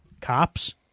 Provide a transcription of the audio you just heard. cops